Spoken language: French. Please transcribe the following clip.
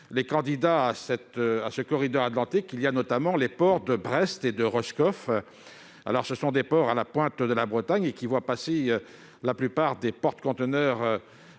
les candidats à ce corridor, on trouve notamment les ports de Brest et de Roscoff, qui se situent à la pointe de la Bretagne et qui voient passer la plupart des porte-conteneurs